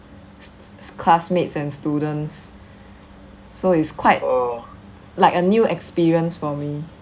classmates and students so is quite like a new experience for me